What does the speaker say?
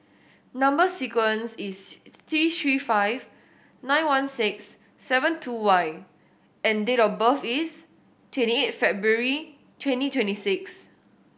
number sequence is T Three five nine one six seven two Y and date of birth is twenty eight February twenty twenty six